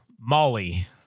Molly